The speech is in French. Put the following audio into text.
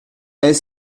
est